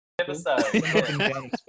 episode